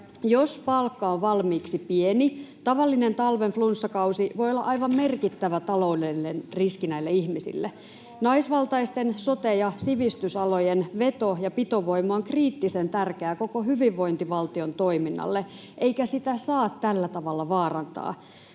Jos palkka on valmiiksi pieni, tavallinen talven flunssakausi voi olla aivan merkittävä taloudellinen riski näille ihmisille. Naisvaltaisten sote- ja sivistysalojen veto- ja pitovoima on kriittisen tärkeä koko hyvinvointivaltion toiminnalle, eikä sitä saa tällä tavalla vaarantaa.